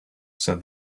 said